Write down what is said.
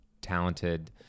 talented